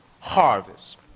harvest